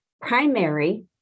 primary